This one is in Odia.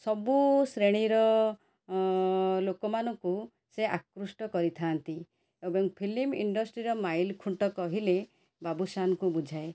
ସବୁ ଶ୍ରେଣୀର ଲୋକମାନଙ୍କୁ ସେ ଆକୃଷ୍ଟ କରିଥାନ୍ତି ଏବଂ ଫିଲ୍ମ୍ ଇଣ୍ଡଷ୍ଟ୍ରିର ମାଇଲଖୁଣ୍ଟ କହିଲେ ବାବୁଶାନକୁ ବୁଝାଏ